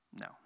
No